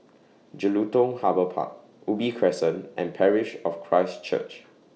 Jelutung Harbour Park Ubi Crescent and Parish of Christ Church